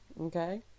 okay